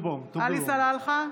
סלאלחה,